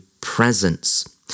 presence